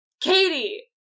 Katie